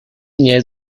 nie